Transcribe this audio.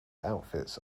outfits